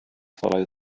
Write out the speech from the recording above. follow